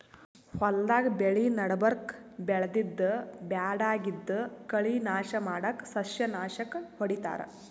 ಹೊಲ್ದಾಗ್ ಬೆಳಿ ನಡಬರ್ಕ್ ಬೆಳ್ದಿದ್ದ್ ಬ್ಯಾಡಗಿದ್ದ್ ಕಳಿ ನಾಶ್ ಮಾಡಕ್ಕ್ ಸಸ್ಯನಾಶಕ್ ಹೊಡಿತಾರ್